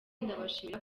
ndabashimira